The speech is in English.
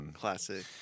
Classic